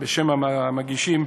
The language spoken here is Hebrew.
בשם המגישים,